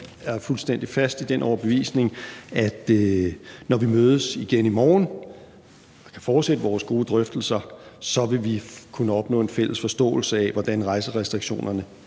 er fuldstændig fast i den overbevisning – at når vi mødes igen i morgen og kan fortsætte vores gode drøftelser, så vil vi kunne opnå en fælles forståelse af, hvordan rejserestriktionerne